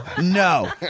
no